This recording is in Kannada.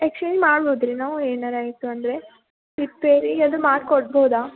ಎಕ್ಸ್ಚೇಂಜ್ ಮಾಡ್ಬೋದಾ ರೀ ನಾವು ಏನಾರೂ ಆಯಿತು ಅಂದರೆ ರಿಪೇರಿ ಅದು ಮಾಡಿಕೊಡ್ಬೋದಾ